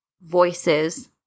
voices